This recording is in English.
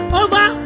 over